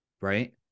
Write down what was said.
Right